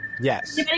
yes